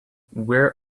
where